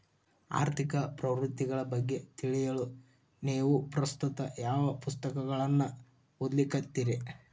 ಆರ್ಥಿಕ ಪ್ರವೃತ್ತಿಗಳ ಬಗ್ಗೆ ತಿಳಿಯಲು ನೇವು ಪ್ರಸ್ತುತ ಯಾವ ಪುಸ್ತಕಗಳನ್ನ ಓದ್ಲಿಕತ್ತಿರಿ?